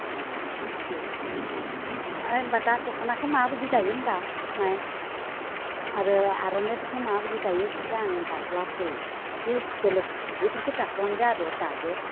बेनोखोनो ओइ होमब्ला दा दख'नाखो माबायदि दायो होमब्ला माय आरो आर'नाइफोरखो माबायदि दायो इफोरखो आं दाफ्लासै थेवबो बेलेक हिफोरखो दाफ्लांदो आरो दादो